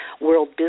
world